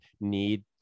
need